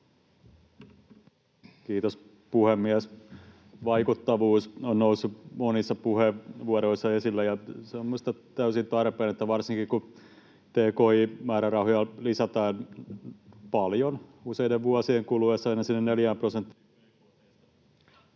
Kiitos, puhemies! Vaikuttavuus on noussut monissa puheenvuoroissa esille, ja se on minusta täysin tarpeen. Varsinkin kun tki-määrärahoja lisätään paljon useiden vuosien kuluessa aina sinne